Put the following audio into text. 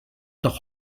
noch